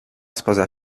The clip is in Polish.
spoza